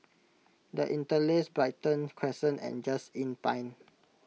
the Interlace Brighton Crescent and Just Inn Pine